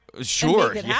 Sure